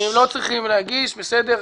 הם לא צריכים להגיש, בסדר.